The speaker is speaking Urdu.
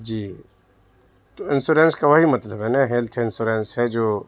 جی تو انشورنس کا وہی مطلب ہے نا ہیلتھ انشورنس ہے جو